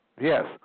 Yes